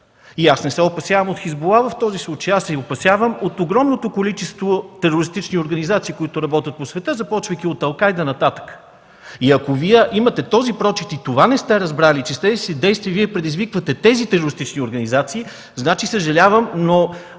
И аз не се опасявам от „Хизбула” в този случай. Аз се опасявам от огромното количество терористични организации, които работят по света, започвайки от „Ал Кайда” нататък. И ако Вие имате този прочит и не сте разбрали че с тези си действия Вие предизвиквате тези терористични организации, съжалявам, но